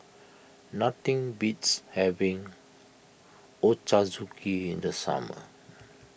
nothing beats having Ochazuke in the summer